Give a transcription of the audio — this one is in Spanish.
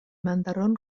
mandaron